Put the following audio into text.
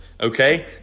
okay